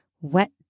wet